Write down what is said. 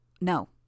No